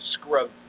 scrub